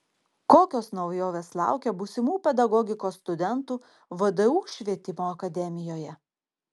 kokios naujovės laukia būsimų pedagogikos studentų vdu švietimo akademijoje